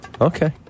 Okay